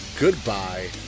goodbye